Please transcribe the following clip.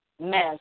mess